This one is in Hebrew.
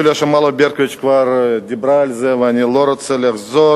שיוליה שמאלוב-ברקוביץ כבר דיברה על זה ואני לא רוצה לחזור,